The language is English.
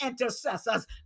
intercessors